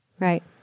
Right